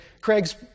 Craig's